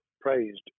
praised